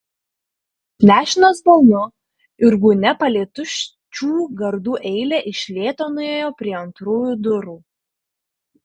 nešinas balnu ir gūnia palei tuščių gardų eilę iš lėto nuėjo prie antrųjų durų